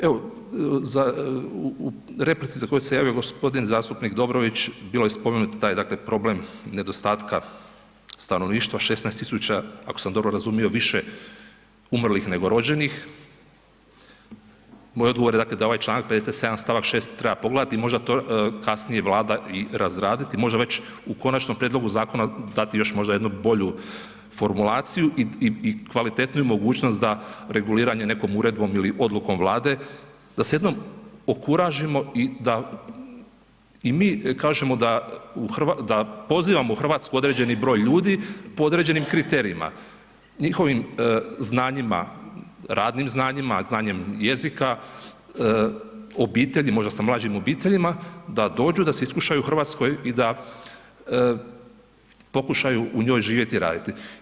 Evo, za, u replici za koju se javio g. zastupnik Dobrović bilo je spomenut taj, dakle problem nedostatka stanovništva, 16000 ako sam dobro razumio više umrlih nego rođenih, moj odgovor je, dakle da ovaj čl. 57. st. 6. treba pogledati i možda to kasnije Vlada i razraditi, možda već u konačnom prijedlogu zakona dati još možda jednu bolju formulaciju i, i, i kvalitetniju mogućnost za reguliranje nekom uredbom ili odlukom Vlade da se jednom okuražimo i da i mi kažemo da, da pozivamo u RH određeni broj ljudi po određenim kriterijima, njihovim znanjima, radnim znanjima, znanjem jezika, obitelji, možda sa mlađim obiteljima da dođu, da se iskušaju u RH i da pokušaju u njoj živjeti i raditi.